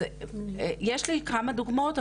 אז יש לי כמה דוגמאות,